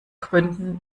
gründen